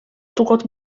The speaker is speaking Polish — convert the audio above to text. stukot